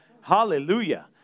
Hallelujah